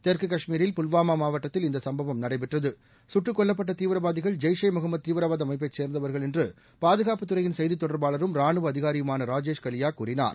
தெற்கு காஷ்மீரில் புல்வாமா மாவட்டத்தில் இந்த சம்பவம் நடைபெற்றது சுட்டுக்கொல்லப்பட்ட தீவிரவாதிகள் ஜெய்ஷே முகமது தீவிரவாத அமைப்பை சேர்ந்தவர்கள் என்று பாதுகாப்புப் துறையின் செய்தித் தொடர்பாளரும் ரானுவ அதிகாரியுமான ராஜேஷ் கலியா கூறினார்